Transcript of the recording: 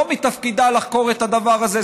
לא מתפקידה לחקור את הדבר הזה.